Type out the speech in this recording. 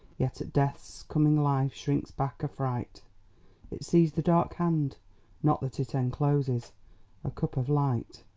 yet at death's coming life shrinks back affright it sees the dark hand not that it encloses a cup of light.